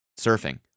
surfing